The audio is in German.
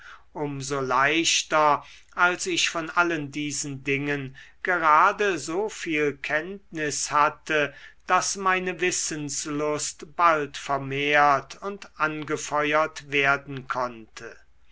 so leichter als ich von allen diesen dingen gerade so viel kenntnis hatte daß meine wissenslust bald vermehrt und angefeuert werden konnte